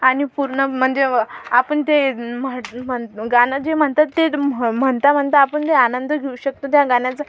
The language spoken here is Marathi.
आणि पूर्ण म्हणजे आपण ते म्हट म्हण गाणं जे म्हणतात ते म्हणता म्हणता आपण ते आनंद घेऊ शकतो त्या गाण्याचा